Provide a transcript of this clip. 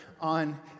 on